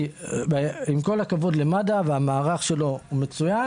עם כל הכבוד למד"א, והמערך שלו הוא מצוין